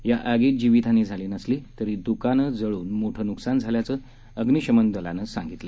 या आगीत जीवितहानी झाली नसली तरी दुकानं जळून मोठं नुकसान झाल्याचं अग्निशमन दलानं सांगितलं